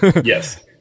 Yes